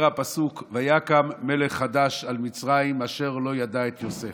אומר הפסוק: "ויקם מלך חדש על מצרים אשר לא ידע את יוסף".